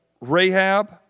Rahab